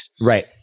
right